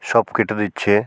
সব কেটে দিচ্ছে